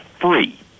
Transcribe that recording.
free